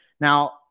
now